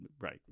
Right